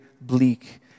bleak